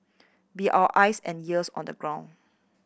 be our eyes and ears on the ground